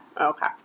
Okay